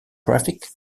traffic